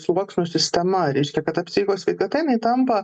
sluoksnių sistema reiškia kad ta psichikos sveikata jinai tampa